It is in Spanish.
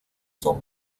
son